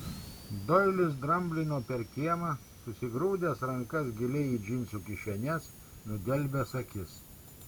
doilis dramblino per kiemą susigrūdęs rankas giliai į džinsų kišenes nudelbęs akis